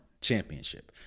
championship